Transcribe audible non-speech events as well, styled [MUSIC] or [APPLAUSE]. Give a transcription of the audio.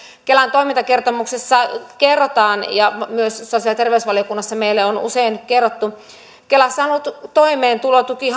kelan toimintakertomuksessa kerrotaan ja myös sosiaali ja terveysvaliokunnassa meille on usein kerrottu että kelassa on ollut toimeentulotuki [UNINTELLIGIBLE]